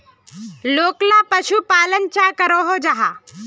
लोकला पशुपालन चाँ करो जाहा?